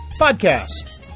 Podcast